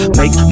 make